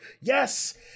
Yes